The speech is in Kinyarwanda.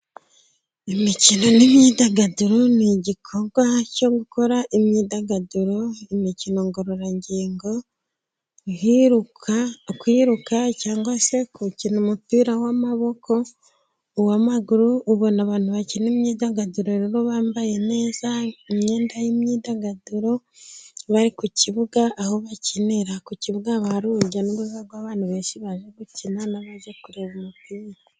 Imikino n'imyidagaduro ni igikorwa cyo gukora imyidagaduro, imikino ngororangingo, kwiruka cyangwa se gukina umupira w'amaboko, uwamaguru, ubona abantu bakina imyidagaduro rero bambaye neza imyenda y'imyidagaduro, bari ku kibuga aho bakinira. Ku kibuga haba hari urujyanuruza rw'abantu benshi baje gukina n'abajye kureba umupira.